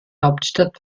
hauptstadt